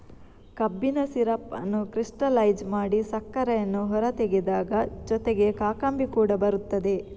ಕಬ್ಬಿನ ಸಿರಪ್ ಅನ್ನು ಕ್ರಿಸ್ಟಲೈಜ್ ಮಾಡಿ ಸಕ್ಕರೆಯನ್ನು ಹೊರತೆಗೆದಾಗ ಜೊತೆಗೆ ಕಾಕಂಬಿ ಕೂಡ ಬರುತ್ತದೆ